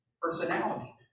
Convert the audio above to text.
personality